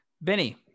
Benny